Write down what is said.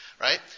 right